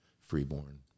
Freeborn